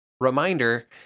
reminder